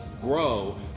grow